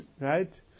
right